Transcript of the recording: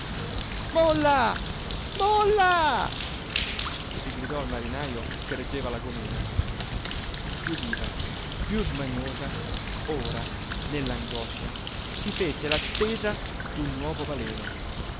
molla molla si gridò al marinajo che reggeva la gòmena piú viva piú smaniosa ora nell'angoscia si fece l'attesa d'un nuovo baleno